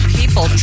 people